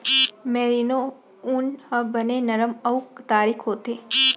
merino ऊन ह बने नरम अउ तारीक होथे